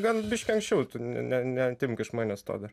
gal biškį anksčiau ne ne neatimk iš manęs to dar